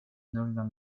нуждам